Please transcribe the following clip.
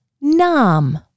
Nam